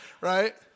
Right